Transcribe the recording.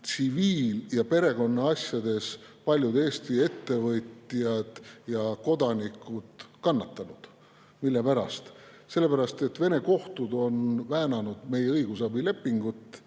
tsiviil- ja perekonnaasjades paljud Eesti ettevõtjad ja kodanikud kannatanud. Mille pärast? Selle pärast, et Vene kohtud on väänanud meie õigusabilepingut,